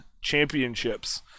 Championships